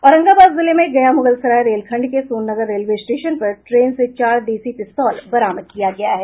औरंगाबाद जिले में गया मुगलसराय रेलखंड के सोननगर रेलवे स्टेशन पर ट्रेन से चार देशी पिस्तौल बरामद किया है